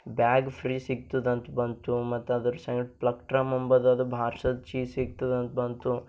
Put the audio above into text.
bag free ಸಿಕ್ತದಂತ ಬಂತು ಮತು ಅದರ ಸೈಂಟ್ ಪ್ಲಕ್ಟ್ರಮ್ ಅಂಬೋದು ಅದು ಬಾರ್ಸೋದು ಕೀ ಸಿಕ್ತದಂತ ಬಂತು